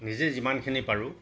নিজে যিমানখিনি পাৰোঁ